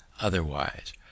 otherwise